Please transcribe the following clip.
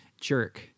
jerk